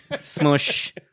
smush